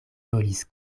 volis